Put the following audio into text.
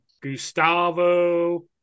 Gustavo